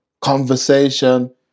conversation